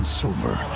silver